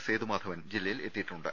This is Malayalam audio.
സേതുമാധവൻ ജില്ലയിൽ എത്തിയിട്ടുണ്ട്